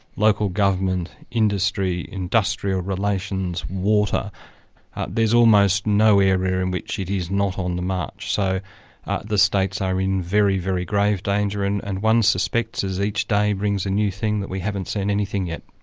local government, industry, industrial relations, water there's almost no area in which it is not on the march, so the states are in very, very grave danger, and and one suspects as each day brings a new thing, that we haven't seen anything yet.